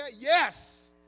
Yes